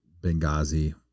Benghazi